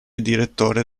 direttore